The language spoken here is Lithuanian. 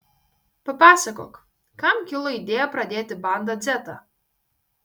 papasakok kam kilo idėja pradėti banda dzetą